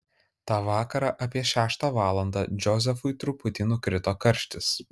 tą vakarą apie šeštą valandą džozefui truputį nukrito karštis